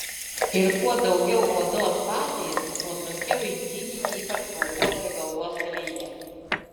ir kuo daugiau odos pažeista tuo sunkiau išgydyti ypač plaukuotoje galvos dalyje